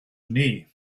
knee